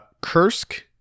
Kursk